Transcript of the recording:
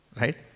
right